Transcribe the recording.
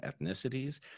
ethnicities